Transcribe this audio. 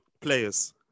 players